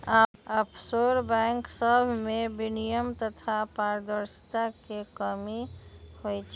offshore bank सभमें विनियमन तथा पारदर्शिता के कमी होइ छइ